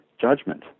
judgment